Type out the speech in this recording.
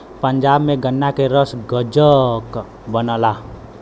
पंजाब में गन्ना के रस गजक बनला